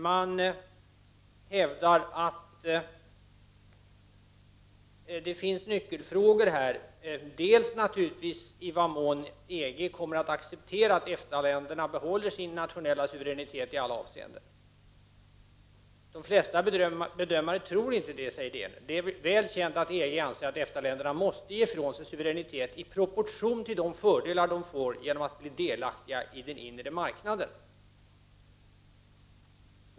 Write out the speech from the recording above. Man hävdar att det här finns nyckelfrågor, och en av dem är naturligtvis i vad mån EG kommer att acceptera att EFTA-länderna behåller sin nationella suveränitet ialla avseenden. De flesta bedömare tror inte det, säger DN. Det är väl känt att EG anser att EFTA-länderna måste ge ifrån sig suveränitet i proportion till de fördelar de får genom att bli delaktiga i den inre marknaden.